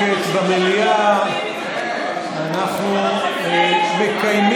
אנחנו נעבור לסעיף